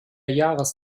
jahres